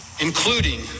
including